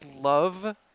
love